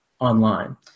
online